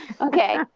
Okay